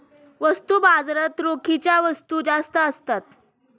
वस्तू बाजारात रोखीच्या वस्तू जास्त असतात